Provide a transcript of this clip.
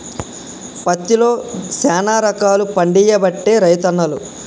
పత్తిలో శానా రకాలు పండియబట్టే రైతన్నలు